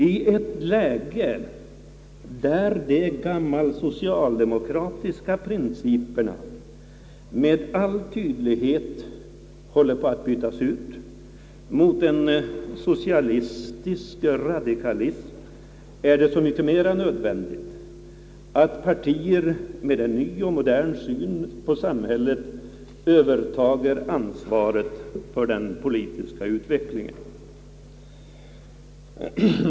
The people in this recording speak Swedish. I ett läge där de gammalsocialdemokratiska principerna med all tydlighet håller på att bytas ut mot en socialistisk radikalism är det så mycket mera nödvändigt, att partier med en ny och modern syn på samhället övertar ansvaret för den po litiska utvecklingen.